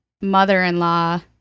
mother-in-law